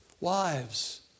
Wives